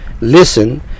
Listen